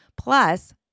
plus